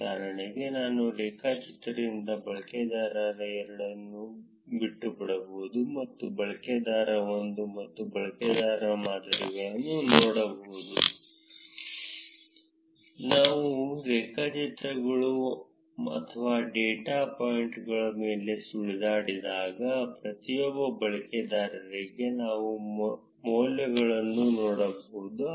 ಉದಾಹರಣೆಗೆ ನಾನು ರೇಖಾಚಿತ್ರದಿಂದ ಬಳಕೆದಾರ 2 ಅನ್ನು ಬಿಟ್ಟುಬಿಡಬಹುದು ಮತ್ತು ಬಳಕೆದಾರ 1 ಮತ್ತು ಬಳಕೆದಾರರ ಮಾದರಿಗಳನ್ನು ನೋಡಬಹುದು ನಾನು ರೇಖಾಚಿತ್ರಗಳು ಅಥವಾ ಡೇಟಾ ಪಾಯಿಂಟ್ಗಳ ಮೇಲೆ ಸುಳಿದಾಡಿದಾಗ ಪ್ರತಿಯೊಬ್ಬ ಬಳಕೆದಾರರಿಗೆ ನಾನು ಮೌಲ್ಯಗಳನ್ನು ನೋಡಬಹುದು